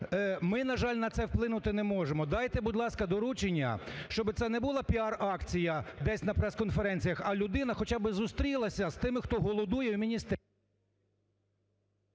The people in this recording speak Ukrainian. Ми, на жаль, на це вплинути не можемо. Дайте, будь ласка, доручення, щоби це не була піар акція десь на прес-конференціях, а людина хоча би зустрілася з тими, хто голодує в міністерстві…